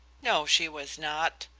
no, she was not.